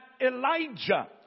Elijah